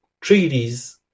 treaties